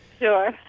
Sure